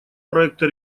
проекта